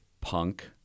punk